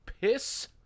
piss